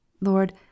Lord